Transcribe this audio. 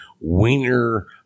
wiener